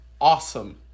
awesome